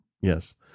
Yes